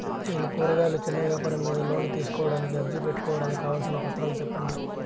నేను కూరగాయలు చిన్న వ్యాపారం మీద లోను తీసుకోడానికి అర్జీ పెట్టుకోవడానికి కావాల్సిన పత్రాలు సెప్పండి?